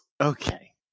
Okay